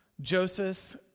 Joseph